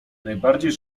najbardziej